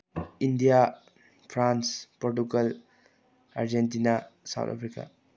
India France Portugal Argentina South Africa